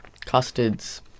custard's